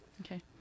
Okay